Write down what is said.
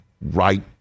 right